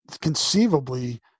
conceivably